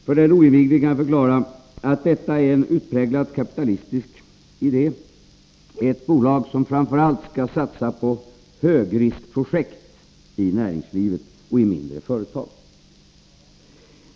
För den oinvigde vill jag förklara att detta är en utpräglat kapitalistisk idé. Det är ett bolag som framför allt skall satsa på högriskprojekt i näringslivet och i mindre företag.